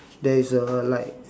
there is a like